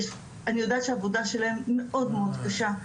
אני יודעת שהעבודה שלהם מאוד מאוד קשה,